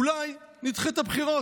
אולי נדחה את הבחירות.